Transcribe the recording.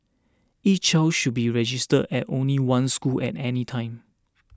each child should be registered at only one school at any time